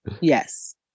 Yes